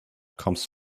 comes